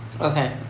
Okay